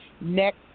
next